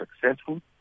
successful